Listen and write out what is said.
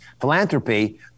philanthropy